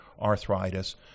arthritis